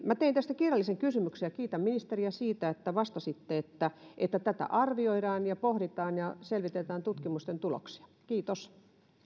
minä tein tästä kirjallisen kysymyksen ja kiitän ministeriä siitä että vastasitte että että tätä arvioidaan ja pohditaan ja selvitetään tutkimusten tuloksia kiitos